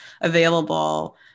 available